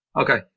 Okay